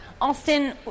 austin